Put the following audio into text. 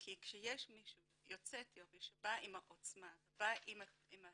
כי כשיש מישהו יוצא אתיופיה שבא עם העוצמה ועם התובנות